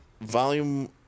volume